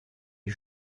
est